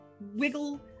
wiggle